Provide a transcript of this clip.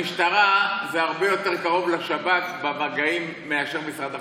שהמשטרה הרבה יותר קרובה לשב"כ במגעים מאשר משרד החקלאות.